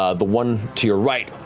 ah the one to your right,